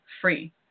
free